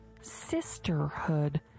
Sisterhood